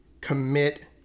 Commit